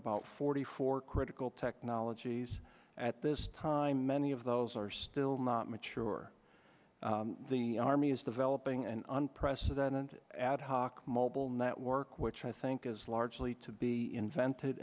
about forty four critical technologies at this time many of those are still not mature the army is developing an unprecedented ad hoc mobile network which i think is largely to be invented